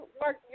Mark